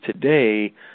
today